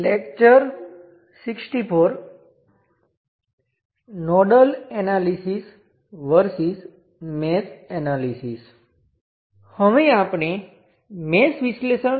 આપણે substitution theorem જોયો જ્યાં ઘટકને વોલ્ટેજ સ્ત્રોત અથવા કરંટસ્ત્રોત દ્વારા બદલી શકાય છે